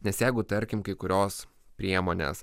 nes jeigu tarkim kai kurios priemonės